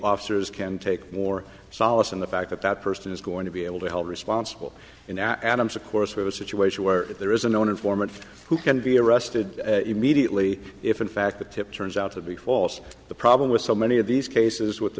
officers can take more solace in the fact that that person is going to be able to hold responsible adams of course with a situation where if there is a known informant who can be arrested immediately if in fact the tip turns out to be false the problem with so many of these cases what the